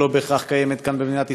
שלא בהכרח קיימת כאן, במדינת ישראל,